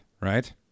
right